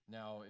now